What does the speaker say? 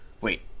Wait